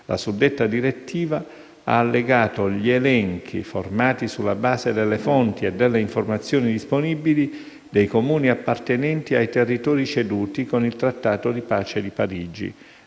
la suddetta direttiva ha allegato «gli elenchi, formati sulla base delle fonti e delle informazioni disponibili, dei Comuni appartenenti ai territori ceduti con il Trattato di pace di Parigi,